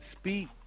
Speak